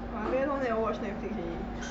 !wah! I very long never watch Netflix already